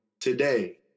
today